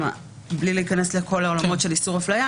בלי להיכנס לכל העולמות של איסור אפליה,